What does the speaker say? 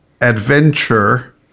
adventure